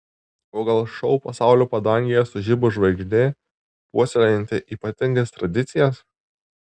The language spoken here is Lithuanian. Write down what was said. o gal šou pasaulio padangėje sužibo žvaigždė puoselėjanti ypatingas tradicijas